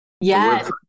yes